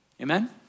Amen